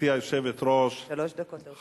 גברתי היושבת-ראש, שלוש דקות לרשותך.